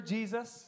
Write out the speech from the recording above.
Jesus